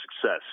success